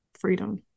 Freedom